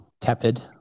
Tepid